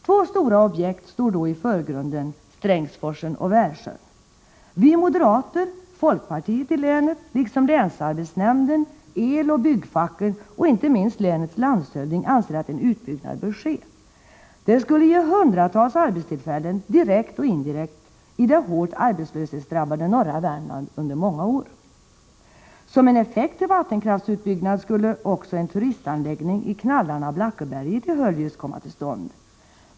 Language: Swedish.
Två stora objekt står då i förgrunden: Strängsforsen och Värsjön. Vi moderater, folkpartiet i länet liksom länsarbetsnämnden, eloch byggnadsfacken och inte minst länets landshövding anser att en utbyggnad bör ske. Det skulle ge hundratals arbetstillfällen — direkt och indirekt — i det hårt arbetslöshetsdrabbade norra Värmland under många år. Som en effekt av en vattenkraftsutbyggnad skulle också en turistanläggning i Knallarna-Blackeberget i Höljes komma till stånd.